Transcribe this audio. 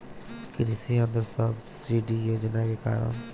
कृषि यंत्र सब्सिडी योजना के कारण?